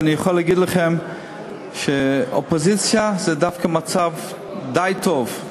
ואני יכול להגיד לכם שאופוזיציה זה דווקא מצב די טוב,